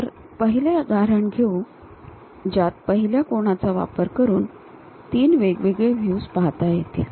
तर पहिले उदाहरण घेऊ ज्यात पहिल्या कोनाचा वापर करून तीन वेगवेगळे व्ह्यूज पाहता येतील